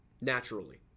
naturally